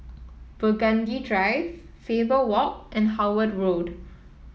Burgundy Drive Faber Walk and Howard Road